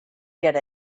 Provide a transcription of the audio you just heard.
get